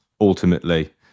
ultimately